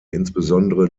insbesondere